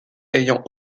ayant